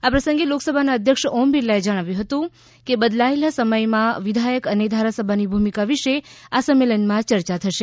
આ પ્રસંગે લોકસભાના અધ્યક્ષ ઓમ બિરલાએ જણાવ્યું હતું કે બદલાયેલા સમયમાં વિદ્યાયક અને ધારાસભાની ભૂમિકા વિશે આ સંમેલનમાં ચર્ચા થશે